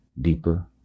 Deeper